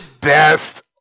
best